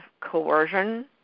coercion